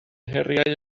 heriau